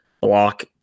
block